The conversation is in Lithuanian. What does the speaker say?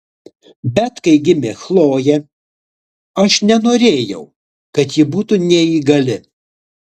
bet kai gimė chlojė aš nenorėjau kad ji būtų neįgali